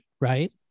right